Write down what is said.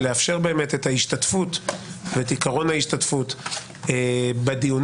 ולאפשר את עיקרון ההשתתפות בדיונים,